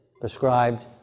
prescribed